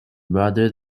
rather